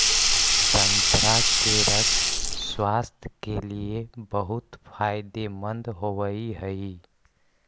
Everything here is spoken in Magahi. संतरा के रस स्वास्थ्य के लिए बहुत फायदेमंद होवऽ हइ